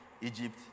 Egypt